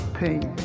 pain